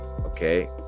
Okay